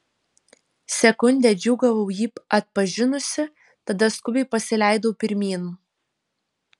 sekundę džiūgavau jį atpažinusi tada skubiai pasileidau pirmyn